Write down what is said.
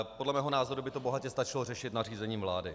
Podle mého názoru by to bohatě stačilo řešit nařízením vlády.